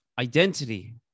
identity